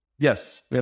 Yes